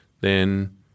then-